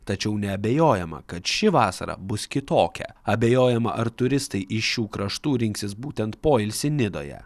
tačiau neabejojama kad ši vasara bus kitokia abejojama ar turistai iš šių kraštų rinksis būtent poilsį nidoje